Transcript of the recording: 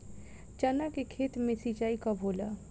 चना के खेत मे सिंचाई कब होला?